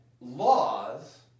laws